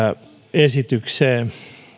esitykseen